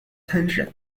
tension